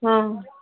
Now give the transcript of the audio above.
ହଁ